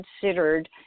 considered